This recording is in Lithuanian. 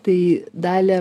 tai dalia